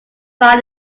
find